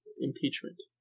impeachment